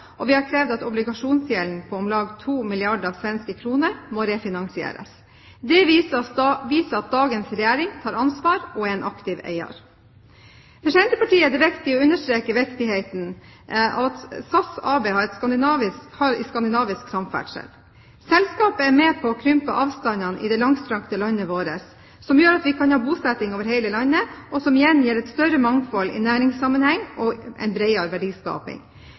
og vi har krevd at obligasjonsgjelden på om lag 2 milliarder svenske kr må refinansieres. Det viser at dagens regjering tar ansvar og er en aktiv eier. For Senterpartiet er det viktig å understreke viktigheten av SAS AB i skandinavisk samferdsel. Selskapet er med på å krympe avstandene i det langstrakte landet vårt, noe som gjør at vi kan ha bosetting over hele landet, som igjen gir et større mangfold i næringssammenheng og en bredere verdiskaping.